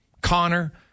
Connor